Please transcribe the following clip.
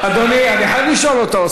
אדוני, אני חייב לשאול אותו.